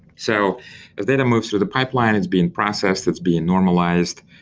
so as data moves through the pipeline, it's being processed, it's being normalized,